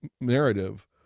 narrative